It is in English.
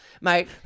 Mate